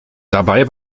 dabei